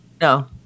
No